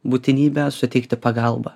būtinybę suteikti pagalbą